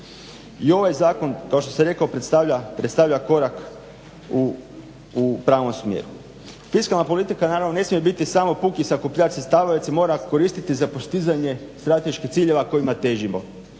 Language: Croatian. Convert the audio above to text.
I ovaj zakon kao što sam rekao predstavlja korak u pravom smjeru. Fiskalna politika naravno ne smije biti samo puki sakupljač sredstava već se mora koristiti za postizanje strateških ciljeva kojima težimo.